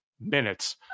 minutes